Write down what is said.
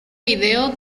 vídeo